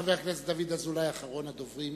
חבר הכנסת דוד אזולאי, אחרון הדוברים.